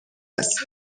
است